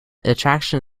attraction